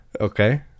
Okay